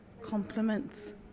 compliments